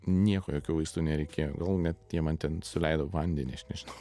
nieko jokių vaistų nereikėjo gal net jie man ten suleido vandenį aš nežinau